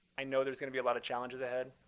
i know there's going to be a lot of challenges ahead,